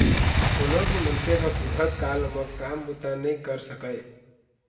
कोनो भी मनखे ह बुढ़त काल म काम बूता नइ कर सकय